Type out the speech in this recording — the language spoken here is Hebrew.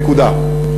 נקודה.